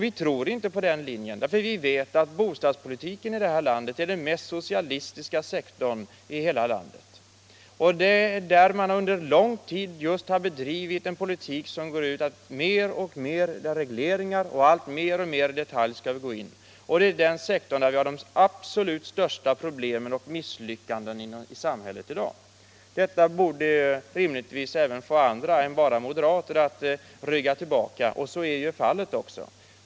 Vi tror inte på den linjen därför att vi vet att bostadspolitiken är den mest socialistiska sektorn i vårt land, där man under lång tid just har bedrivit en politik som går ut på mer och mer av regleringar och att samhället skall alltmer gå in i detalj och bestämma. Det är i den sektorn som vi har de absolut största problemen och misslyckandena i samhället i dag. Detta borde rimligtvis få andra än bara moderater att rygga tillbaka — och så är också fallet.